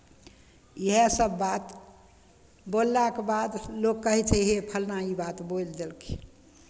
इएहसभ बात बोललाके बाद लोक कहै छै हे फल्लाँ ई बात बोलि देलखिन